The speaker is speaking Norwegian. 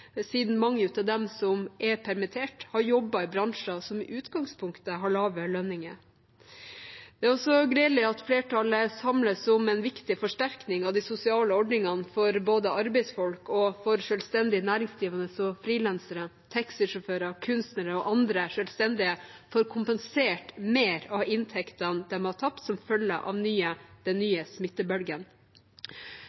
siden mange av dem som er permittert, har jobbet i bransjer som i utgangspunktet har lave lønninger. Det er også gledelig at flertallet samles om en viktig forsterkning av de sosiale ordningene for både arbeidsfolk og selvstendig næringsdrivende. Frilansere, taxisjåfører, kunstnere og andre selvstendige får kompensert mer av inntektene de har tapt som følge av den nye